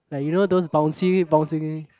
like you know those bouncy bouncy